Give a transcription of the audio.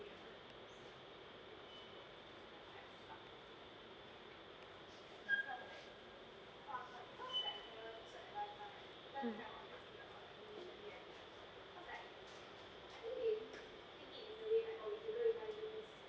mm